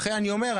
ולכן אני אומר,